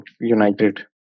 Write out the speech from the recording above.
United